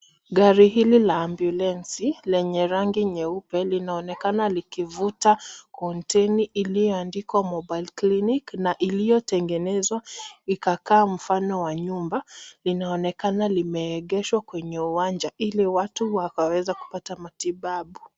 Gari hili la ambulensi lenye rangi nyeupe linaonekana likivuta kontena iliyoandikwa Mobile Clinic na iliyotengenezwa ikakaa mfano wa nyumba. Inaonekana limeegeshwa kwenye uwanja ili watu wakaweza kupata matibabu.